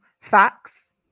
facts